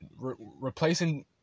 replacing